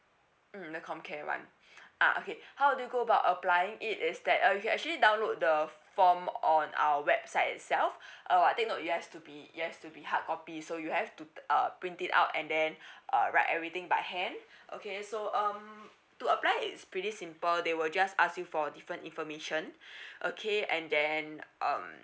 mm the comcare [one] uh okay how do you go about applying it is that uh you actually download the form on our website itself uh take note to it has to it has to be hard copy so you have to uh print it out and then uh write everything by hand okay so um to apply is pretty simple they will just ask you for different information okay and then um